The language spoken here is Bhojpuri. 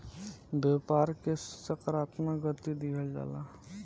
व्यापार के सकारात्मक गति दिहल जाला